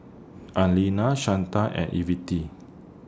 Arlena Shanta and Ivette